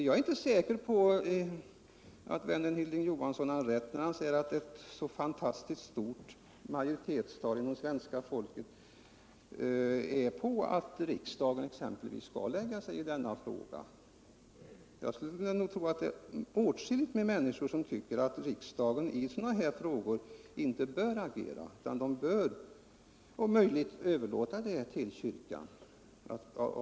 Jag är inte säker på att vännen Hilding Johansson har rätt när han säger att en så fantastiskt stor majoritet av det svenska folket vill att riksdagen skall lägga sig i denna fråga. Åtskilliga tycker nog att riksdagen i sådana här frågor inte bör agera utan om möjligt överlåta avgörandena åt kyrkan.